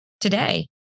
today